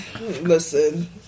Listen